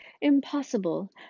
Impossible